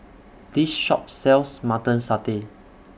Chilli Sauce Clams Gudeg Putih and Tau Huay